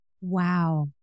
Wow